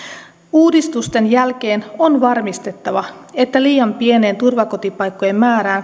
uudistusten jälkeen on varmistettava että liian pieneen turvakotipaikkojen määrään